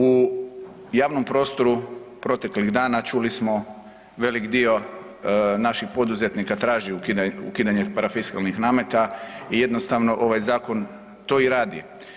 U javnom prostoru proteklih dana čuli smo velik dio naših poduzetnika traži ukidanje parafiskalnih nameta i jednostavno ovaj zakon to i radi.